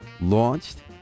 launched